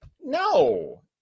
no